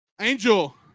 angel